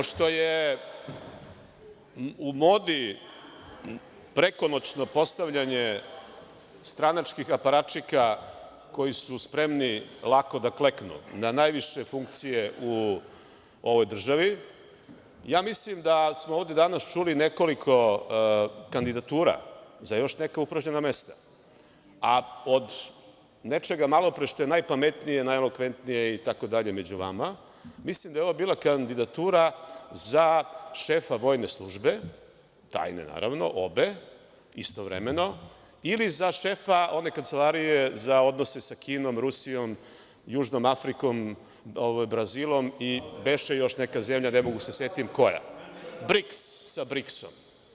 Pošto je u modi prekonoćno postavljanje stranačkih aparačika koji su spremni lako da kleknu na najviše funkcije u ovoj državi, ja mislim da smo ovde danas čuli nekoliko kandidatura za još neka upražnjena mesta, a od nečega malopre što je najpametnije, najelokventnije itd. među vama, mislim da je ovo bila kandidatura za šefa vojne službe, tajne naravno, obe, istovremeno ili za šefa one kancelarije za odnose sa Kinom, Rusijom, Južnom Afrikom, Brazilom, beše još neka zemlja, ne mogu da se setim koja, sa BRIKS-om.